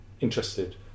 interested